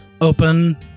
open